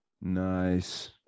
Nice